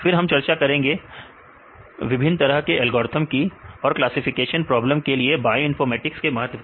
फिर हम चर्चा करेंगे विभिन्न तरह के एल्गोरिथ्म की और क्लासिफिकेशन प्रॉब्लम के लिए बायोइनफॉर्मेटिक के महत्व की